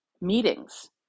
meetings